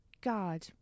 God